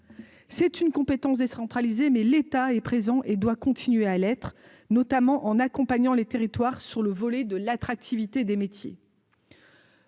c'est une compétence décentralisée, mais l'État est présent et doit continuer à l'être, notamment en accompagnant les territoires sur le volet de l'attractivité des métiers,